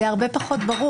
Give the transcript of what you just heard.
היום זה הרבה פחות ברור.